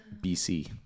BC